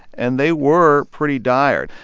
and they were pretty dire.